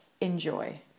Enjoy